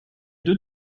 deux